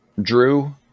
drew